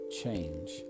Change